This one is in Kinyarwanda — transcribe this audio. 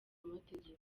amategeko